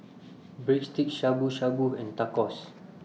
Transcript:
Breadsticks Shabu Shabu and Tacos